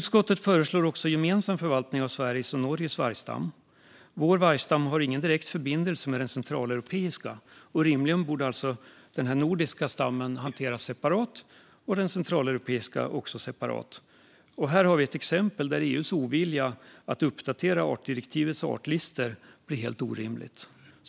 Utskottet föreslår också gemensam förvaltning av Sveriges och Norges vargstammar. Vår vargstam har ingen direkt förbindelse med den centraleuropeiska. Rimligen borde alltså den nordiska stammen och den centraleuropeiska stammen hanteras separat. Här har vi ett exempel på att EU:s ovilja att uppdatera artdirektivets artlistor blir helt orimlig.